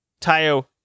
Tayo